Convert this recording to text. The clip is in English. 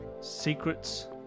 secrets